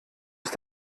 ist